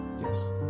Yes